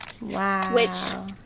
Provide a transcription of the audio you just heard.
Wow